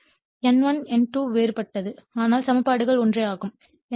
எனவே N1 N2 வேறுபட்டது ஆனால் சமன்பாடுகள் ஒன்றே ஆகும்